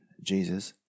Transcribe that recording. Jesus